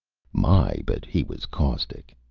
my, but he was caustic.